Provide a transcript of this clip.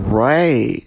Right